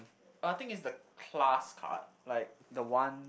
I think it's the class card like the one